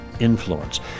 Influence